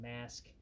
mask